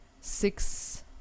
six